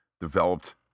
developed